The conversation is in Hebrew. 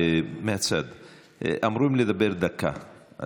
מהצד אמורים לדבר דקה,